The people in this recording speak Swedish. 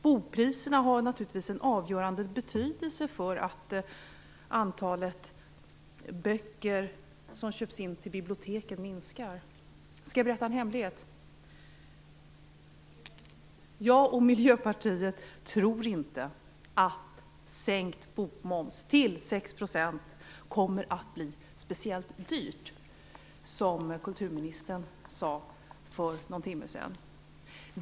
Bokpriserna har naturligtvis en avgörande betydelse för att antalet böcker som köps in till biblioteken minskar. Skall jag berätta en hemlighet? Jag och Miljöpartiet tror inte att en sänkning av bokmomsen till 6 % kommer att bli speciellt dyr, som kulturministern sade för någon timme sedan.